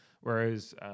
whereas